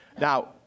Now